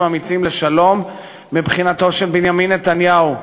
אמיצים לשלום מבחינתו של בנימין נתניהו.